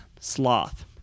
Sloth